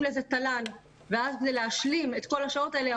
לזה תל"ן ואז כדי להשלים את כל השעות האלה,